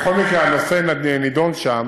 בכל מקרה, הנושא נדון שם